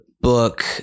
book